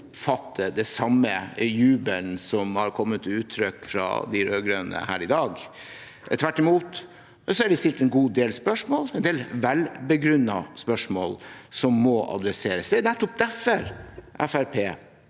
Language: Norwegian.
oppfatter den samme jubelen som har kommet til uttrykk fra de rødgrønne her i dag. Tvert imot er det stilt en god del spørsmål – en del velbegrunnede spørsmål som må tas tak i. Det er nettopp derfor